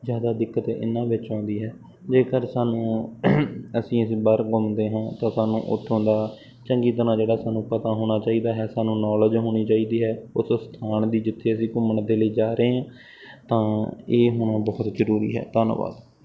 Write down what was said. ਜ਼ਿਆਦਾ ਦਿੱਕਤ ਇਹਨਾਂ ਵਿੱਚ ਆਉਂਦੀ ਹੈ ਜੇਕਰ ਸਾਨੂੰ ਅਸੀਂ ਅਸੀਂ ਬਾਹਰ ਘੁੰਮਦੇ ਹਾਂ ਤਾਂ ਸਾਨੂੰ ਉੱਥੋਂ ਦਾ ਚੰਗੀ ਤਰ੍ਹਾਂ ਜਿਹੜਾ ਸਾਨੂੰ ਪਤਾ ਹੋਣਾ ਚਾਹੀਦਾ ਹੈ ਸਾਨੂੰ ਨੌਲੇਜ ਹੋਣੀ ਚਾਹੀਦੀ ਹੈ ਉਸ ਸਥਾਨ ਦੀ ਜਿੱਥੇ ਅਸੀਂ ਘੁੰਮਣ ਦੇ ਲਈ ਜਾ ਰਹੇ ਹਾਂ ਤਾਂ ਇਹ ਹੋਣਾ ਬਹੁਤ ਜ਼ਰੂਰੀ ਹੈ ਧੰਨਵਾਦ